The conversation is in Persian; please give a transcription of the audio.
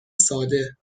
ساده